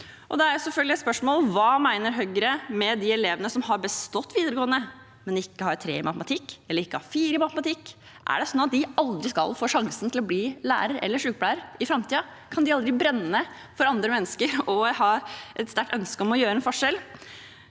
Høyre mener om de elevene som har bestått videregående, men ikke har karakteren 3 eller 4 i matematikk. Er det slik at de aldri skal få sjansen til å bli lærer eller sykepleier i framtiden? Kan de aldri brenne for andre mennesker og ha et sterkt ønske om å gjøre en forskjell?